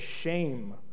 shame